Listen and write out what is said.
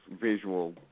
visual